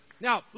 Now